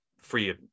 Free